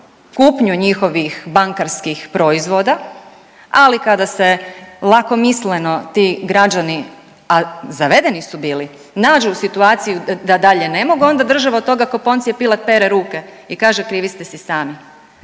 kupnju njihovih bankarskih proizvoda, ali kada se lakomisleno ti građani, a zavedeni su bili, nađu u situaciji da dalje ne mogu onda država od toga ko Poncije Pilat pere ruke i kaže krivi ste si sami,